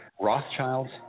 Rothschilds